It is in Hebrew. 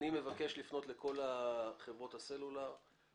אני מבקש לפנות לכל חברות הסלולר,